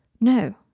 No